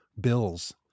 bills